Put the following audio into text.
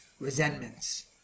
resentments